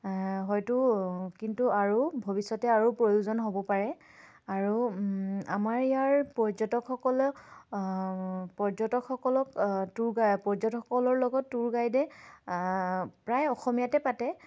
হয়তো কিন্তু আৰু ভৱিষ্যতে আৰু প্ৰয়োজন হ'ব পাৰে আৰু আমাৰ ইয়াৰ পৰ্যটকসকলক পৰ্যটকসকলক টুৰ গা পৰ্যটকসকলৰ লগত টুৰ গাইডে প্ৰায় অসমীয়াতে পাতে